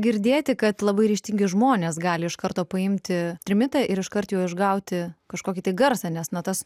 girdėti kad labai ryžtingi žmonės gali iš karto paimti trimitą ir iškart jau išgauti kažkokį tai garsą nes na tas